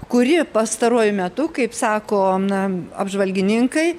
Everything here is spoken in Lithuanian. kuri pastaruoju metu kaip sako na apžvalgininkai